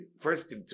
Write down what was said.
first